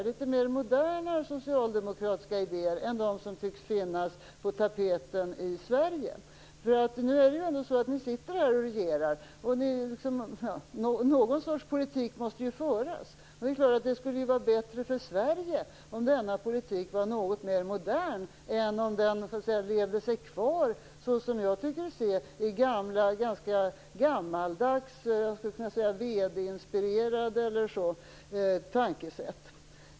Det är litet mer moderna socialdemokratiska idéer än dem som tycks vara på tapeten i Sverige. Ni sitter ju ändå här och regerar, och någon sorts politik måste ju föras. Det är klart att det skulle vara bättre för Sverige om denna politik var något mer modern än den som jag tycker lever kvar i ganska gammaldags tankesätt.